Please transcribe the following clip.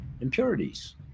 impurities